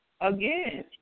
Again